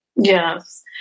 Yes